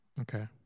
okay